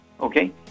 Okay